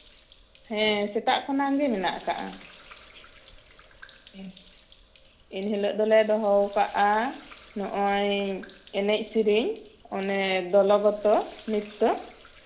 ᱦᱮᱸ ᱥᱮᱛᱟᱜ ᱠᱷᱚᱱᱟᱜ ᱜᱮ ᱢᱮᱱᱟᱜ ᱟᱠᱟᱫᱼᱟ ᱮᱱᱦᱤᱞᱳᱜ ᱫᱚᱞᱮ ᱫᱚᱦᱚᱣᱟᱠᱟᱜᱼᱟ ᱱᱚᱜᱼᱚᱭ ᱮᱱᱮᱡ ᱥᱤᱨᱤᱧ ᱚᱱᱮ ᱫᱚᱞᱚᱜᱚᱛᱚ ᱱᱨᱤᱛᱛᱚ